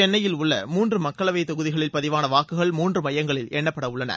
சென்னையில் உள்ள மூன்று மக்களவைத் தொகுதிகளில் பதிவான வாக்குகள் மூன்று மையங்களில் எண்ணப்பட உள்ளன